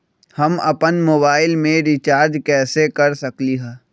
हम अपन मोबाइल में रिचार्ज कैसे कर सकली ह?